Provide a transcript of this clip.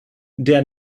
der